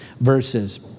verses